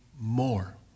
more